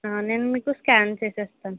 నేను మీకు స్కాన్ చేసేస్తాను